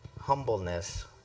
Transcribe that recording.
Humbleness